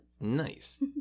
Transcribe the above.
Nice